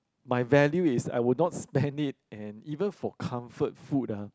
my value is I would not spend it and even for comfort food ah